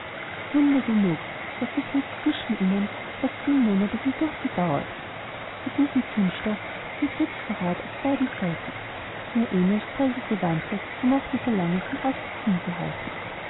wunder genug daß der friede zwischen ihnen fast zehn monate hindurch gedauert bei diesem zündstoff diesem kriegsvorrath auf beiden seiten nur emil's feige gewandtheit vermochte so lange den ausbruch hinzuhalten